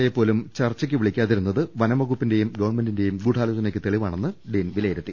എയെപോലും ചർച്ചയ്ക്ക് വിളിക്കാതിരുന്നത് വനം വകുപ്പിന്റെയും ഗവൺമെന്റിന്റെയും ഗൂഢാലോചനക്ക് തെളിവാണെന്നും ഡീൻ വിലയിരുത്തി